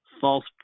false